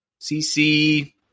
CC